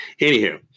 Anywho